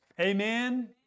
Amen